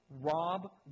rob